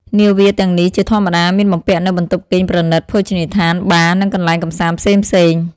នាវាទាំងនេះជាធម្មតាមានបំពាក់នូវបន្ទប់គេងប្រណិត ភោជនីយដ្ឋាន បារ និងកន្លែងកម្សាន្តផ្សេងៗ។